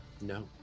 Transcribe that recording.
No